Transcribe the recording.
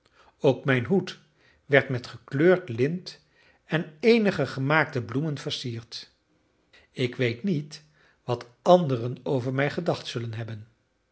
ook mijn hoed werd met gekleurd lint en eenige gemaakte bloemen versierd ik weet niet wat anderen over mij gedacht zullen hebben